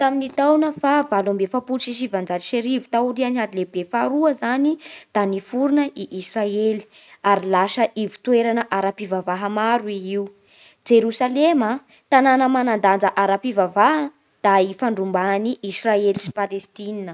Tamin'ny taona fahavalo amby efapolo sy sivanjato sy arivo taorian'ny ady lehibe faharoa zany da niforona i Israely ary lasa ivotoerana ara-pivavaha maro i io. Jerosalema tanàna manan-danja ara-pivavaha da hifandrombahan'i Israely sy Palestina.